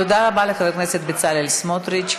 תודה רבה לחבר הכנסת בצלאל סמוטריץ.